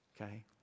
Okay